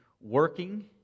working